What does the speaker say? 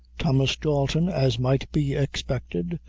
thomas dalton as might be expected,